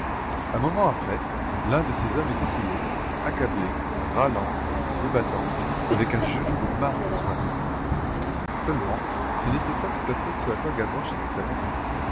un moment après l'un de ces hommes était sous l'autre accablé râlant se débattant avec un genou de marbre sur la poitrine seulement ce n'était pas tout à fait ce à quoi gavroche s'était attendu